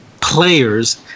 players